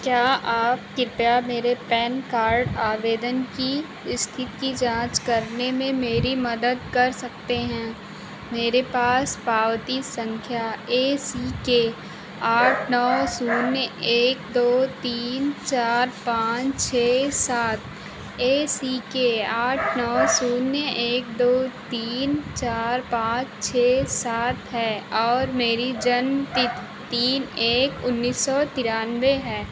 क्या आप कृपया मेरे पैन कार्ड आवेदन की इस्थिति की जाँच करने में मेरी मदद कर सकते हैं मेरे पास पावती सँख्या ए सी के आठ नौ शून्य एक दो तीन चार पाँच छह सात ए सी के आठ नौ शून्य एक दो तीन चार पाँच छह सात है और मेरी जन्मतिथि तीन एक उन्नीस सौ तिरानवे है